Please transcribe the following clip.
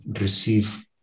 receive